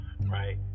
right